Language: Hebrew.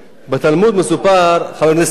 בתלמוד מסופר, חבר הכנסת מקלב,